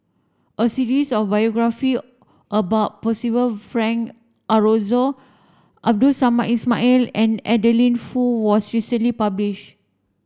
a series of biography about Percival Frank Aroozoo Abdul Samad Ismail and Adeline Foo was recently publish